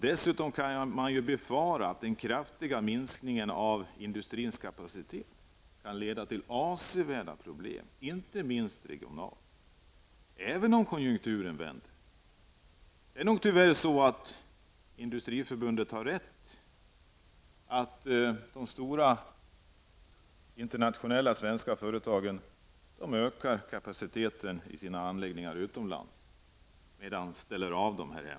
Dessutom kan man befara att den kraftiga minskningen av industrins kapacitet leder till avsevärda problem, inte minst regionalt, även om konjunkturen vänder, det är nog tyvärr så, att Industriförbundet har rätt när man säger att de stora internationella svenska företagen ökar kapaciteten i sina anläggningar utomlands. Men här hemma ställer man så att säga in.